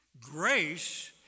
Grace